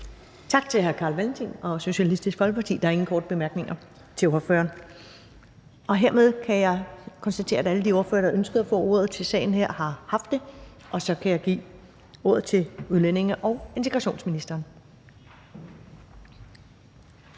Tak til hr. Carl Valentin og Socialistisk Folkeparti. Der er ingen korte bemærkninger til ordføreren, og hermed kan jeg konstatere, at alle de ordførere, der ønskede at få ordet til sagen her, har haft det, og så kan jeg give ordet til udlændinge- og integrationsministeren.